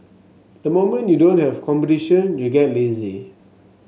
the moment you don't have competition you get lazy